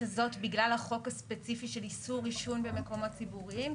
הזאת בגלל החוק הספציפי של איסור עישון במקומות ציבוריים?